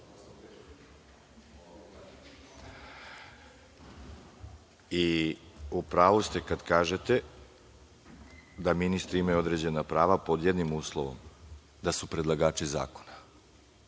u pravu ste kada kažete da ministri imaju određena prava pod jednim uslovom, da su predlagači zakona.